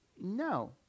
No